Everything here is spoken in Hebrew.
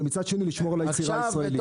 ומצד שני לשמור על היצירה הישראלית.